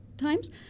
times